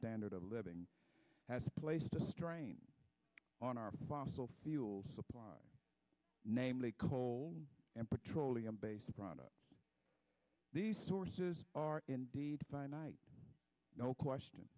standard of living has placed a strain on our fossil fuel supply namely coal and petroleum based products the sources are indeed finite no question